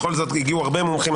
בכל זאת הגיעו הרבה מומחים,